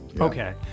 okay